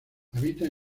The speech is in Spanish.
habita